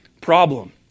problem